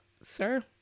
Sir